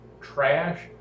trash